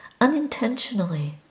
unintentionally